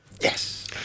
Yes